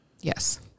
Yes